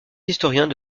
historiens